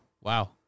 wow